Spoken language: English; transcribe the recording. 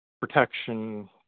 Protection